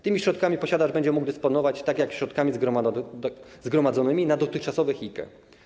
Tymi środkami posiadacz będzie mógł dysponować, tak jak środkami zgromadzonymi na dotychczasowych IKE.